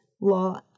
law